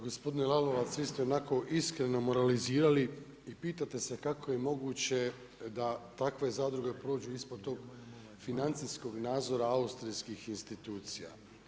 Gospodine Lalovac, vi ste onako iskreno moralizirali i pitate se kako je moguće da takve zadruge prođu ispod tog financijskog nadzor austrijskih institucija.